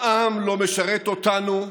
העם לא משרת אותנו,